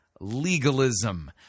legalism